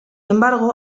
embargo